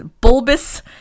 bulbous